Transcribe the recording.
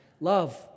Love